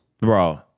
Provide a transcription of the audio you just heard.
bro